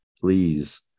Please